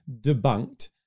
debunked